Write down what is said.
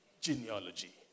genealogy